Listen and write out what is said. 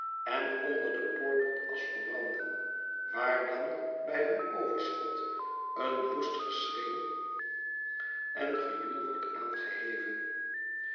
en onder de poort tot asch verbranden waar dan bij hun overschot een woest geschreeuw en gejoel wordt aangeheven